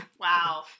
wow